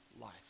life